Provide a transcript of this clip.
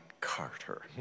Carter